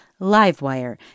LiveWire